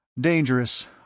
Dangerous